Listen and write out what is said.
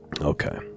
Okay